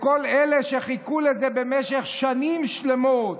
לכל אלה שחיכו לזה במשך שנים שלמות,